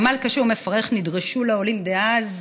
בעמל קשה ומפרך נדרשו העולים דאז